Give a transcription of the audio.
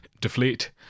Deflate